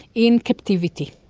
in captivity.